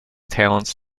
talents